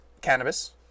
cannabis